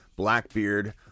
Blackbeard